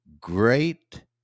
great